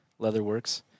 Leatherworks